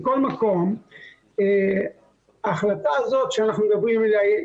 מכל מקום ההחלטה הזאת שאנחנו מדברים עליה,